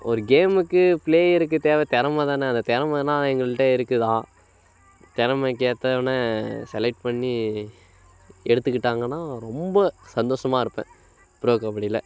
ஒரு கேமுக்கு பிளேயருக்கு தேவை திறமை தான் அந்த திறமைனா எங்கள்கிட்ட இருக்கு தான் திறமைக்கேத்தவன செலக்ட் பண்ணி எடுத்துகிட்டாங்கன்னா ரொம்ப சந்தோஷமா இருப்பேன் ப்ரோ கபடியில்